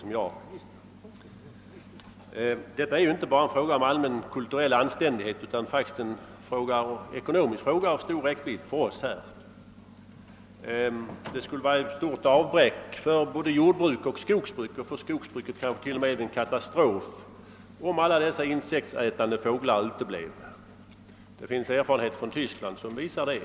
Här rör det sig inte bara om allmän kulturell anständighet, utan det är faktiskt en ekonomisk fråga av stor räckvidd för oss här i Sverige. Det skulle nämligen betyda ett stort avbräck för både jordbruk och skogsbruk — för skogsbruket kanske t.o.m. en katastrof — om våra insektsätande fåglar helt plötsligt uteblev. Erfarenheter från bl.a. Tyskland visar detta.